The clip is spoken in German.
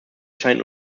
scheint